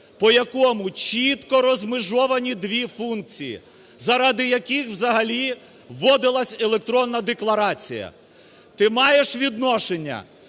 по якому чітко розмежовані дві функції, заради яких взагалі вводилась електронна декларація. Ти маєш відношення